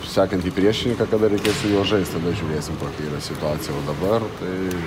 sekantį priešininką kada reikės su juo žaist tada žiūrėsim kokia yra situacija o dabar tai